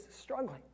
struggling